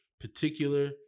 particular